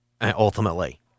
ultimately